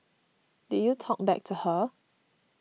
did you talk back to her